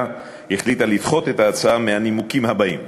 החליטה לדחות את ההצעה מהנימוקים הבאים: